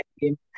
game